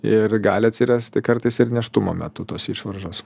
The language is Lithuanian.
ir gali atsirasti kartais ir nėštumo metu tos išvaržos